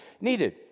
needed